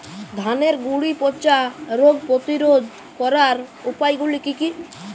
ধানের গুড়ি পচা রোগ প্রতিরোধ করার উপায়গুলি কি কি?